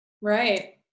right